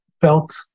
felt